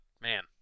man